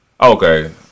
Okay